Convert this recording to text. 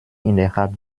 innerhalb